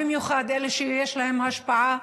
במיוחד אלה שיש להם השפעה,